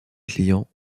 client